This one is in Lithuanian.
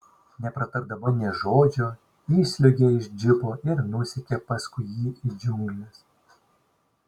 nepratardama nė žodžio išsliuogė iš džipo ir nusekė paskui jį į džiungles